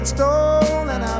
Stolen